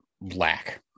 lack